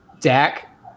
Dak